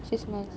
she is